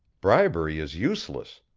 bribery is useless!